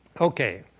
Okay